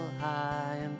high